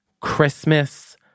Christmas